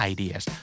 Ideas